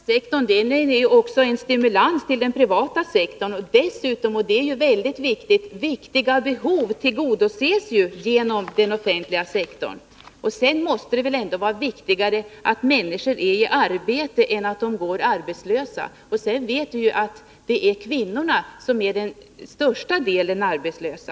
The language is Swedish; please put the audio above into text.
Herr talman! Den offentliga sektorn utgör ju en stimulans också för den privata sektorn. Dessutom — och det är väldigt viktigt — tillgodoses angelägna behov genom den offentliga sektorn. Och det måste väl ändå vara bättre att människor är i arbete än att de går arbetslösa. Vi vet också att det är bland kvinnorna som vi har den största andelen arbetslösa.